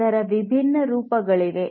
ಅದರ ವಿಭಿನ್ನ ಉಪಯೋಗಗಳಿವೆ